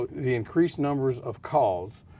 the increased numbers of calls